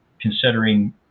considering